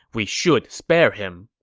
we should spare him.